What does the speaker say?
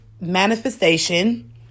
manifestation